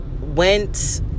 went